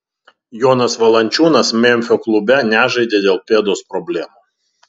jonas valančiūnas memfio klube nežaidė dėl pėdos problemų